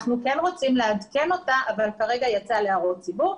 אנחנו כן רוצים לעדכן אותה אבל כרגע היא יצאה להערות הציבור.